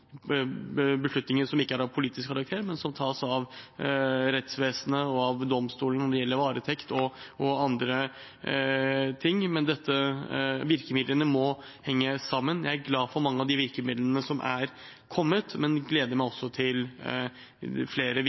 beslutninger som ikke er av politisk karakter, men som tas av rettsvesenet og domstolene når det gjelder varetekt og annet. Men virkemidlene må henge sammen. Jeg er glad for mange av de virkemidlene som er kommet, men gleder meg også til flere